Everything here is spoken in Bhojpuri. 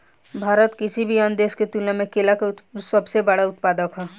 भारत किसी भी अन्य देश की तुलना में केला के सबसे बड़ा उत्पादक ह